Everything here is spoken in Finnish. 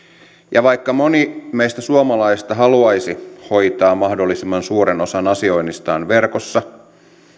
ja vaikka moni meistä suomalaisista haluaisi hoitaa mahdollisimman suuren osan asioinnistaan verkossa